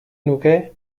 nuke